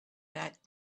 that